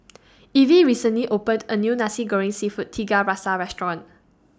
Evie recently opened A New Nasi Goreng Seafood Tiga Rasa Restaurant